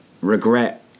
Regret